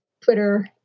Twitter